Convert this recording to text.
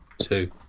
Two